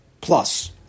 plus